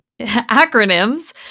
acronyms